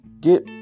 Get